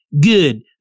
Good